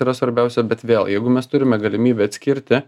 yra svarbiausia bet vėl jeigu mes turime galimybę atskirti